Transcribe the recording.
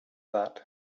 that